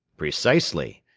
precisely.